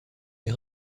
est